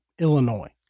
Illinois